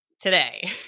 today